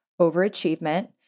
overachievement